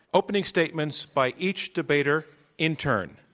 opening statements by each debater in turn.